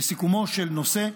לסיכומו של הנושא,